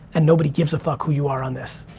and nobody gives a fuck who you are on this.